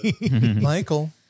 michael